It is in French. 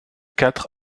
quatre